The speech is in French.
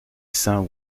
saint